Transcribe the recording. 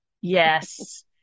Yes